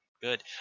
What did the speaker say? good